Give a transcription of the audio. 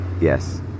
Yes